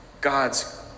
God's